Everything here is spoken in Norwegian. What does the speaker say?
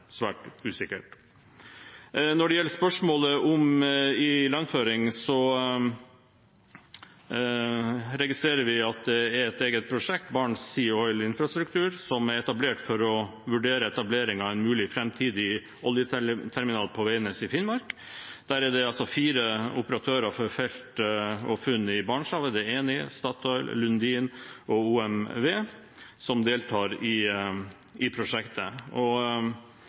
Når det gjelder spørsmålet om ilandføring, registrerer vi at det er et eget prosjekt, Barents Sea Oil Infrastructure, som er etablert for å vurdere etablering av en mulig framtidig oljeterminal på Veidnes i Finnmark. Der er det altså fire operatører for felt og funn i Barentshavet – Eni, Statoil, Lundin og OMV – som deltar i prosjektet. Et stort flertall i